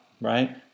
right